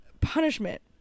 punishment